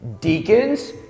Deacons